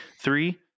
Three